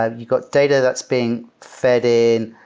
ah you've got data that's being fed in.